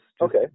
okay